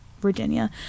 Virginia